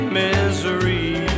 misery